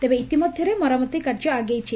ତେବେ ଇତିମଧ୍ଧରେ ମରାମତି କାର୍ଯ୍ୟ ଆଗେଇଛି